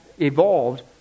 evolved